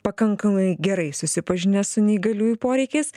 pakankamai gerai susipažinę su neįgaliųjų poreikiais